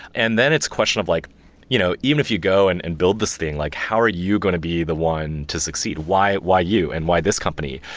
and then it's a question of like you know even if you go and and build this thing, like how are you going to be the one to succeed? why why you and why this company?